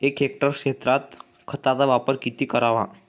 एक हेक्टर क्षेत्रात खताचा वापर किती करावा?